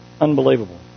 Unbelievable